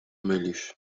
mylisz